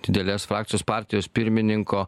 didelės frakcijos partijos pirmininko